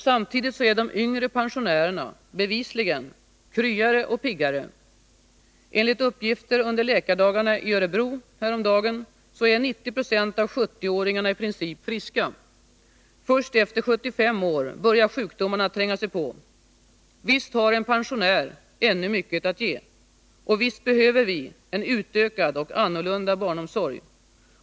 Samtidigt är de yngre pensionärerna bevisligen kryare och piggare. Enligt uppgifter under läkardagarna i Örebro häromdagen är 90 90 av 70-åringarna i princip friska. Först efter 75 år börjar sjukdomarna tränga sig på. Visst har en pensionär ännu mycket att ge. Och visst behöver vi en utökad och annorlunda barnomsorg.